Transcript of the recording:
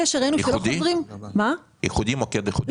מוקד ייחודי?